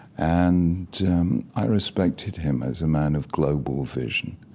and i respected him as a man of global vision,